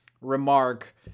remark